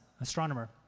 astronomer